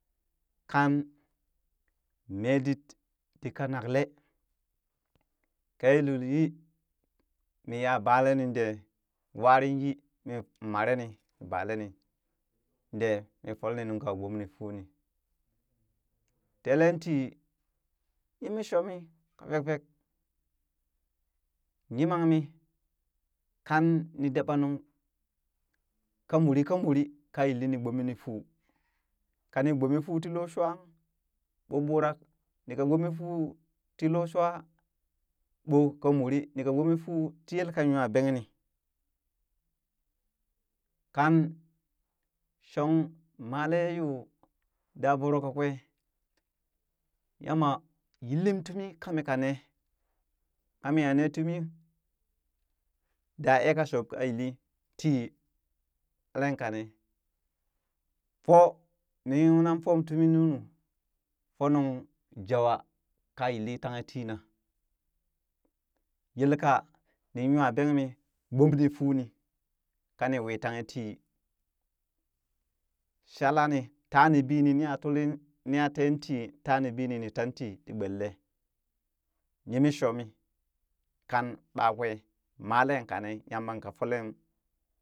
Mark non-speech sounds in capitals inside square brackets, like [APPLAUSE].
﻿Kan mee dit ti kanaklee ka ye lul yi mii ya balee ni dee wain yi mi mare ni, mi bale nin de, mii foleeni nuŋka gbomeni telen tii yemee shoo mii [UNINTELLIGIBLE] fek yimanmi kan ni dabnung kamuri kamuri ka yilli gbomenifuu kani gbomefuu ti looshawn ɓoo ɓurak, ni ka gbome fuu ti loohshuwa ɓooh kamuri ni ka gbome fuu ti yelkean nywabengni, kan shon malee yoo daa voro ka kwee yamba yillim tumi ka mi nee kami ka nee tumi daa ee ka shuub ka yili tii [UNINTELLIGIBLE] fo nnan fom tumi nunu mi fo nung jawa ka yilli tanghe tina yelka nin nywabenmi gbomenifuuni kani wii tanghi tii shalani tani biini ni aa tuli ni aa tentii tani bini ni tanti ti gbenleekan yeme shoo mi kan ɓakwe malee kanee yamba ka folem.